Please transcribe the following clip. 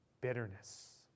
bitterness